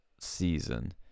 season